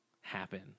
happen